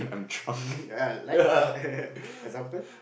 err like example